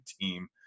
team